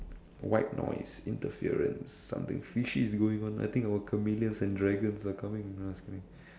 white noise interference something fishy is going on I think our chameleons and dragons are coming no just kidding